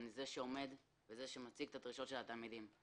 אני זה שעומד ומציג את הדרישות של התלמידים.